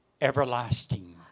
everlasting